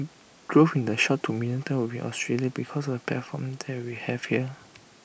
growth in the short to medium term will be in Australia because of the platform that we have here